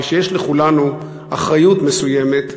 ושיש לכולנו אחריות מסוימת לגביה,